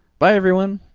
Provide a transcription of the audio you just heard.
bye everyone!